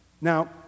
Now